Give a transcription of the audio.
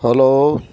hello